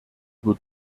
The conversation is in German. über